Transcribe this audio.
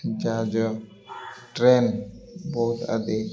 ଜାହାଜ ଟ୍ରେନ ବହୁତ ଆଦି